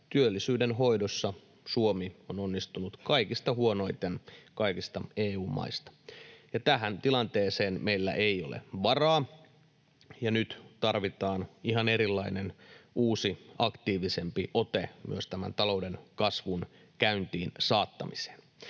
työllisyyden hoidossa Suomi on onnistunut kaikista huonoiten kaikista EU-maista. Tähän tilanteeseen meillä ei ole varaa, ja nyt tarvitaan ihan erilainen uusi, aktiivisempi ote myös tämän talouden kasvun käyntiin saattamiseksi.